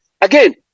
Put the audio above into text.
Again